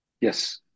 Yes